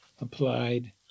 applied